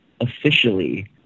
officially